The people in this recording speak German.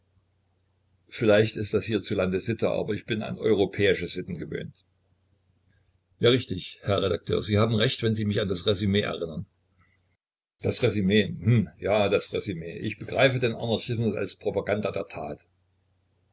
vielleicht ist das hier zu lande sitte aber ich bin an europäische sitten gewöhnt ja richtig herr redakteur sie haben recht wenn sie mich an das resum erinnern das resum hm ja das resum ich begreife den anarchismus als propaganda der tat